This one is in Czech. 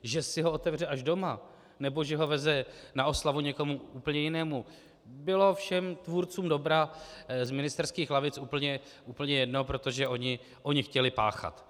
Že si ho otevře až doma nebo že ho veze na oslavu někomu úplně jinému, bylo všem tvůrcům doba z ministerských lavic úplně jedno, protože oni chtěli páchat.